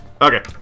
Okay